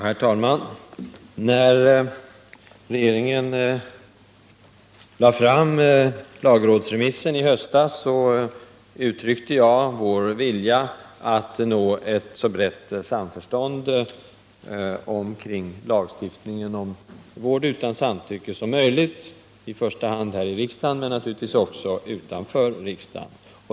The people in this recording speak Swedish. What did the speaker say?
Herr talman! När regeringen lade fram lagrådsremissen i höstas uttryckte jag vår vilja att nå ett så brett samförstånd som möjligt om lagstiftningen om vård utan samtycke, i första hand här i riksdagen men naturligtvis också utanför riksdagen.